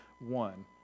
one